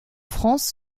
france